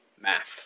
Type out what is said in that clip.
Math